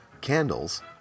candles